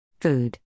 Food